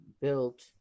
built